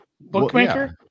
Bookmaker